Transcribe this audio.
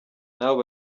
n’abo